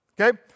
okay